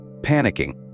Panicking